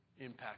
impact